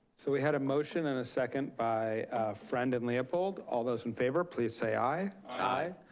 so we had a motion and a second by friend and leopold. all those in favor please say aye. aye.